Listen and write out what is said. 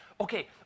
Okay